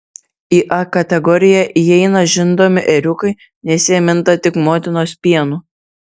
į a kategoriją įeina žindomi ėriukai nes jie minta tik motinos pienu